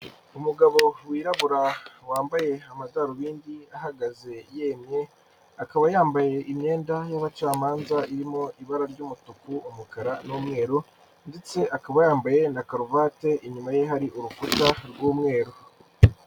Umugabo wirabura wambaye amadarubindi ahagaze yemye, akaba yambaye imyenda y'abacamanza irimo ibara ry'umutuku, umukara n'umweru ndetse akaba yambaye na karuvati, inyuma ye hari urukuta rw'umweru.